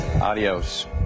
Adios